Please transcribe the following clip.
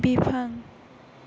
बिफां